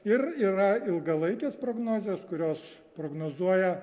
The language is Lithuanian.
ir yra ilgalaikės prognozės kurios prognozuoja